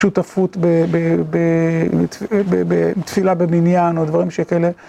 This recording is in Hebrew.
שותפות בתפילה במניין או דברים שכאלה.